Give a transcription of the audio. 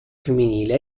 femminile